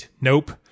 nope